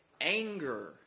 anger